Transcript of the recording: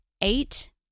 eight